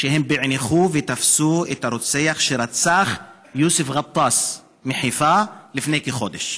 שהם פענחו ותפסו את הרוצח שרצח את יוסף גטאס מחיפה לפני כחודש.